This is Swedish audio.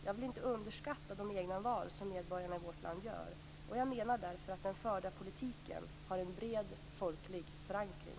Jag vill inte underskatta de egna val som medborgarna i vårt land gör. Jag menar därför att den förda politiken har en bred folklig förankring.